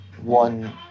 one